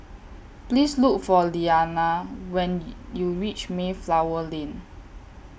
Please Look For Leanna when YOU REACH Mayflower Lane